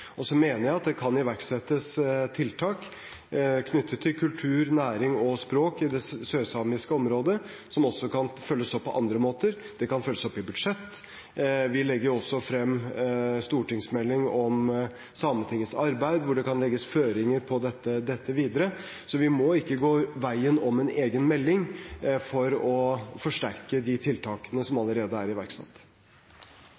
Hjertespråket. Så mener jeg at det kan iverksettes tiltak knyttet til kultur, næring og språk i det sørsamiske området som også kan følges opp på andre måter. Det kan følges opp i budsjett. Vi legger også frem stortingsmeldinger om Sametingets arbeid, hvor det kan legges føringer på dette videre. Så vi må ikke gå veien om egen melding for å forsterke de tiltakene som